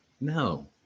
No